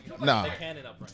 No